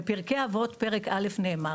בפרקי אבות פרק א' נאמר